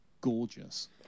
gorgeous